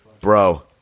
Bro